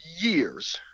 years